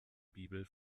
bibel